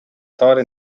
tory